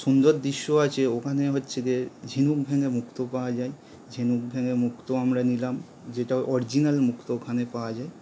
সুন্দর দৃশ্য আছে ওখানে হচ্ছে যে ঝিনুক ভেঙে মুক্তো পাওয়া যায় ঝিনুক ভেঙে মুক্তো আমরা নিলাম যেটা অরিজিনাল মুক্তো ওখানে পাওয়া যায়